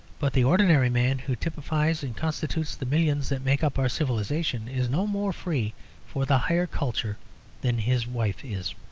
but the ordinary man who typifies and constitutes the millions that make up our civilisation is no more free for the higher culture than his wife is.